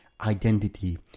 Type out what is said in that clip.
identity